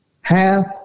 half